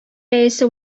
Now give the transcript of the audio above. рәисе